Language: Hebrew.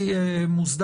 יסוד